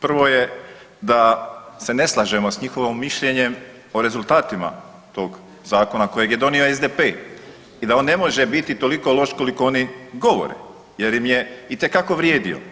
Prvo je da se ne slažemo s njihovim mišljenjem o rezultatima tog zakona koji je donio SDP i da on ne može biti toliko loš koliko oni govore jer im je itekako vrijedio.